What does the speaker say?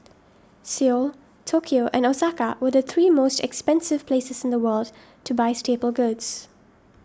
Seoul Tokyo and Osaka were the three most expensive places in the world to buy staple goods